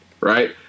right